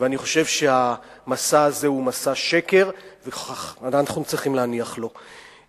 ואני חושב שהמסע הזה הוא מסע שקר ואנחנו צריכים להניח לו.